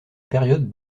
période